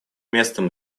местом